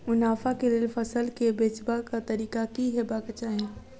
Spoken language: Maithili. मुनाफा केँ लेल फसल केँ बेचबाक तरीका की हेबाक चाहि?